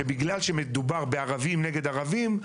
שבגלל שמדובר בערבים נגד ערבים,